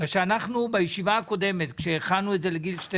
אנחנו, בישיבה הקודמת, כשהכנו את זה לגיל 12